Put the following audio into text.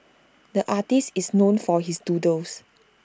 the artist is known for his doodles